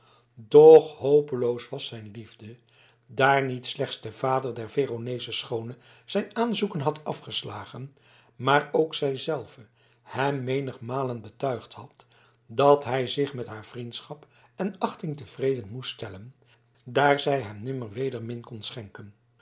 doch hopeloos was zijn liefde daar niet slechts de vader der veroneesche schoone zijn aanzoeken had afgeslagen maar ook zij zelve hem menigmalen betuigd had dat hij zich met haar vriendschap en achting tevreden moest stellen daar zij hem nimmer wedermin kon schenken